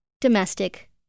domestic